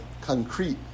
concrete